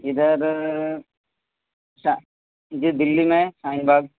ادھر جی دہلی میں شاہین باغ